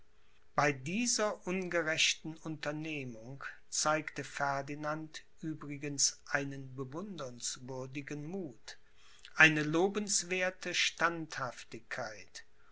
bei dieser ungerechten unternehmung zeigte ferdinand übrigens einen bewundernswürdigen muth eine lobenswerthe standhaftigkeit